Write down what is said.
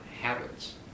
habits